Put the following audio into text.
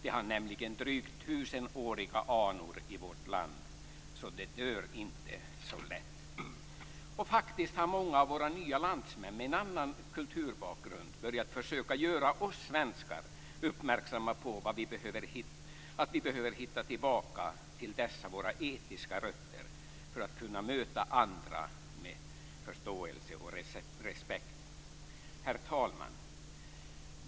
Det har nämligen drygt tusenåriga anor i vårt land, så det dör inte så lätt. Och faktiskt har många av våra nya landsmän med annan kulturbakgrund börjat försöka göra oss svenskar uppmärksamma på att vi behöver hitta tillbaka till dessa våra etiska rötter för att kunna möta andra med förståelse och respekt. Herr talman!